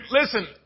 listen